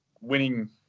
winning